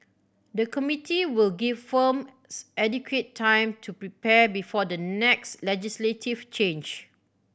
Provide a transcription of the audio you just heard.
the committee will give firms adequate time to prepare before the next legislative change